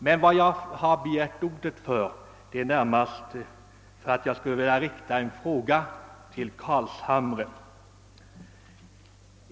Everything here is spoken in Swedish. Men jag har närmast begärt ordet därför att jag skulle vilja rikta en fråga till herr Carlshamre.